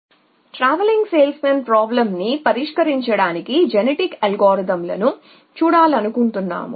జనాభా ఆధారిత పద్ధతులు II జినేటిక్ అల్గోరిథంలు మరియు మేము TSP ని పరిష్కరించడానికి జినేటిక్ అల్గోరిథం లను చూడాలనుకుంటున్నాము